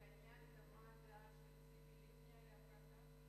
מה הדעה של ציפי לבני בהחלטה?